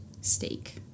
steak